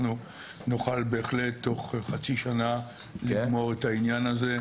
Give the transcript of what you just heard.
כך נוכל בהחלט תוך חצי שנה לגמור את העניין הזה,